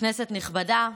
כנסת נכבדה,